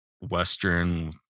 western